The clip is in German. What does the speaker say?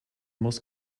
muss